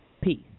Peace